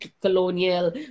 colonial